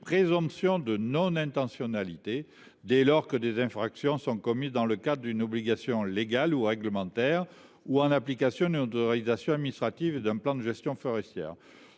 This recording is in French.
présomption de non intentionnalité dès lors que des infractions sont commises dans le cadre d’une obligation légale ou réglementaire ou en application d’une autorisation administrative d’un plan de gestion forestière.